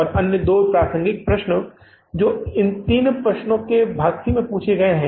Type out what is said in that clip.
और अन्य दो प्रासंगिक प्रश्न जो इन तीन प्रश्नों के भाग C में पूछे जाते हैं